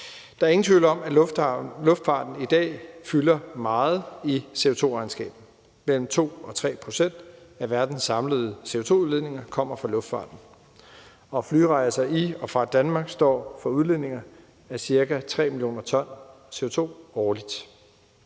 Der er ingen tvivl om, at luftfarten i dag fylder meget i CO2-regnskabet. Mellem 2 og 3 pct. af verdens samlede CO2-udledninger kommer fra luftfarten, og flyrejser i og fra Danmark står for udledningen af cirka 3 mio. t CO2 årligt.